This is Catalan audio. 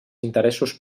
interessos